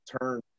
turn